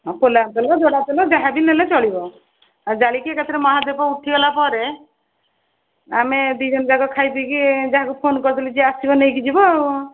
ହଁ ପୋଲାଙ୍ଗ ତେଲ ଜଡ଼ା ତେଲ ଯାହା ବି ନେଲେ ଚଳିବ ଆଉ ଜାଳିକି ଏକାଥରେ ମହାଦୀପ ଉଠିଗଲାପରେ ଆମେ ଦୁଇଜଣ ଜାକ ଖାଇପିଇକି ଯାହାକୁ ଫୋନ୍ କରିଦେଲେ ଯିଏ ଆସିବ ନେଇକି ଯିବ ଆଉ